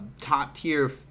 top-tier